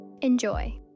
Enjoy